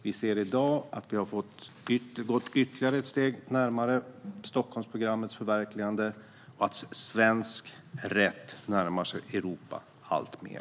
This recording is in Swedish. Vi ser i dag att vi har gått ytterligare ett steg närmare Stockholmsprogrammets förverkligande och att svensk rätt närmar sig Europa alltmer.